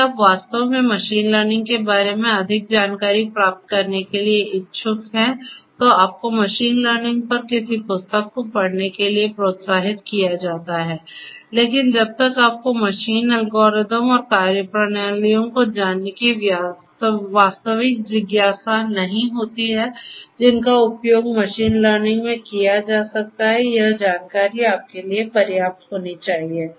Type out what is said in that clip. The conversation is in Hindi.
यदि आप वास्तव में मशीन लर्निंग के बारे में अधिक जानकारी प्राप्त करने के लिए इच्छुक हैं तो आपको मशीन लर्निंग पर किसी पुस्तक को पढ़ने के लिए प्रोत्साहित किया जाता है लेकिन जब तक आपको मशीन एल्गोरिदम और कार्यप्रणालियों को जानने की वास्तविक जिज्ञासा नहीं होती है जिनका उपयोग मशीन लर्निंग में किया जा सकता है यह जानकारी आपके लिए पर्याप्त होनी चाहिए